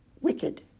wicked